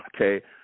Okay